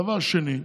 דבר שני,